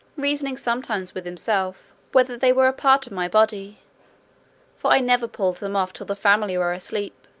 reasoning sometimes with himself, whether they were a part of my body for i never pulled them off till the family were asleep,